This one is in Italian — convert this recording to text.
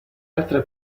altre